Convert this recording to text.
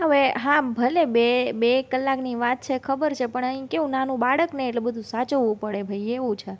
હવે હા ભલે બે બે કલાકની વાત છે ખબર છે પણ અહીં કેવું નાનું બાળકને એટલે સાચવવું પડે ભાઈ એવું છે